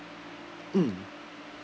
mm